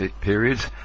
periods